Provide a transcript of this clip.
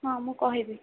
ହଁ ମୁଁ କହିବି